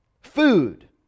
food